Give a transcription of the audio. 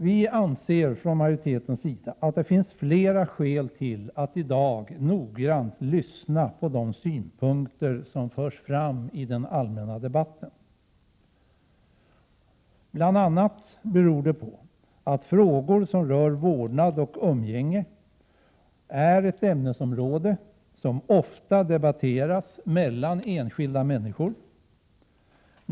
Vi anser från utskottsmajoritetens sida att det finns flera skäl till att i dag noggrant lyssna på de synpunkter som förs fram i den allmänna debatten, bl.a. beroende på att frågor som rör vårdnad och umgänge är ett ämnesområde som ofta debatteras mellan enskilda människor.